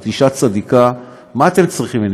את אישה צדיקה, מה אתם צריכים ממני?